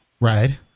Right